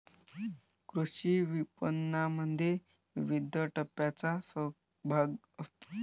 कृषी विपणनामध्ये विविध टप्प्यांचा सहभाग असतो